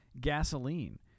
gasoline